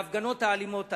להפגנות האלימות הללו,